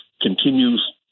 continues